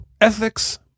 ethics